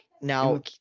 Now